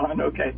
Okay